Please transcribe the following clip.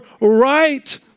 right